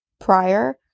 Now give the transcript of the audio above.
prior